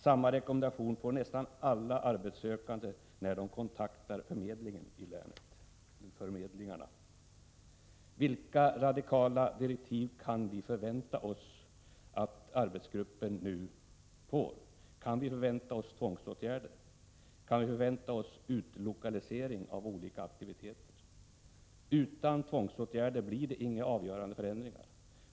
Samma rekommendation får nästan alla arbetssökande, när de kontaktar förmedlingarna i länet. Vilka radikala direktiv kan vi förvänta oss att arbetsgruppen nu får? Kan vi förvänta oss tvångsåtgärder? Kan vi förvänta oss utlokalisering av olika aktiviteter? Utan tvångsåtgärder blir det inga avgörande förändringar.